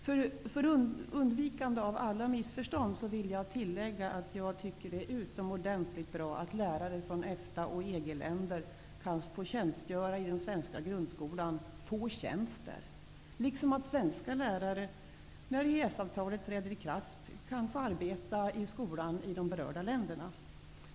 För att undvika alla missförstånd vill jag tillägga att jag tycker att det är utomordentligt bra att lärare från EFTA och EG-länder kan få tjänster i den svenska grundskolan, liksom att svenska lärare, när EES-avtalet träder i kraft, kan få arbeta i skolor i de berörda länderna.